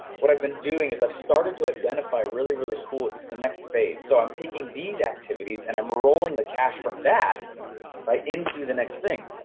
what i've been doing is i've started to identify really really cool, this is the next phase, so i'm taking these activities, and i'm rolling the cash from that like into the next thing,